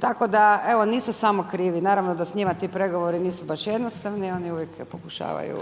Tako da evo nisu samo krivi. Naravno da s njima ti pregovori nisu baš jednostavni, oni uvijek pokušavaju